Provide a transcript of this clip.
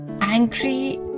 angry